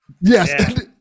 Yes